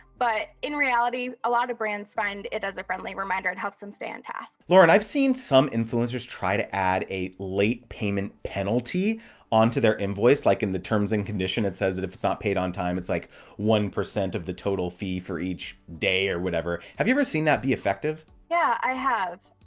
but in reality a lot of brands find it as a friendly reminder to helps them stay on task. lauren, i've seen some influencers try to add a late payment penalty onto their invoice like in the terms and condition it says it, if it's not paid on time, it's like one percent of the total fee for each day or whatever. have you ever seen that be effective? yeah, i have.